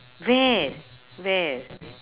where where